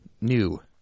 new